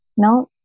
no